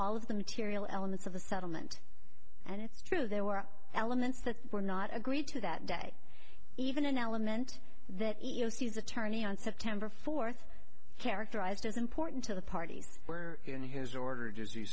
all of the material elements of the settlement and it's true there were elements that were not agreed to that day even an element that you know sees attorney on september fourth characterized as important to the parties were in his order